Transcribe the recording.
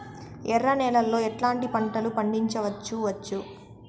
ఎర్ర నేలలో ఎట్లాంటి పంట లు పండించవచ్చు వచ్చు?